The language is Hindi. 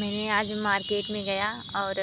मैंने आज मार्केट में गया और